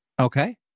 Okay